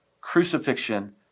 crucifixion